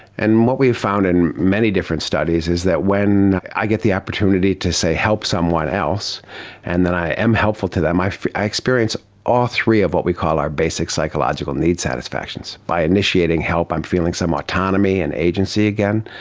and what we found in many different studies is that when i get the opportunity to, say, help someone else and then i am helpful to them, i i experience all three of what we call our basic psychological need satisfactions. by initiating help i'm feeling some autonomy and agency again.